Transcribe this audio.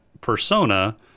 persona